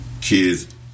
kids